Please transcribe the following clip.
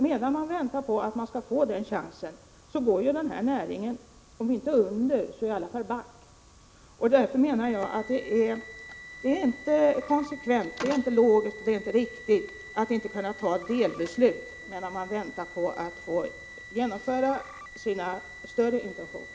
Medan man väntar på att få den chansen går näringen om inte under så i varje fall back. Därför menar jag att det inte är konsekvent, logiskt eller riktigt att inte kunna ta ett delbeslut medan man väntar på att få genomföra sina större intentioner.